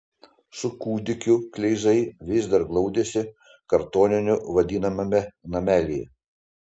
su kūdikiu kleizai vis dar glaudėsi kartoniniu vadinamame namelyje